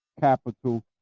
capital